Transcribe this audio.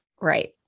Right